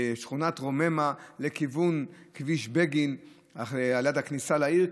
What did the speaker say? משכונת רוממה לכיוון כביש בגין ליד הכניסה לעיר,